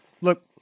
Look